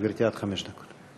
גברתי, עד חמש דקות.